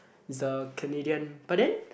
it's a Canadian but then